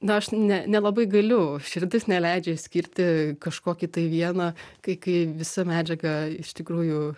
na aš ne nelabai galiu širdis neleidžia išskirti kažkokį tai vieną kai kai visa medžiaga iš tikrųjų